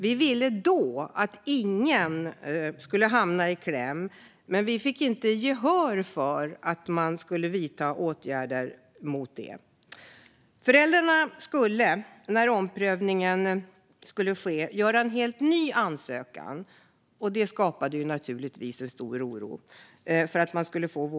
Vi ville inte att någon skulle hamna i kläm, men vi fick inte gehör för att åtgärder skulle vidtas mot detta. Föräldrarna skulle, när omprövning skulle ske, göra en helt ny ansökan för att kunna få vårdbidrag. Det skapade naturligtvis en stor oro.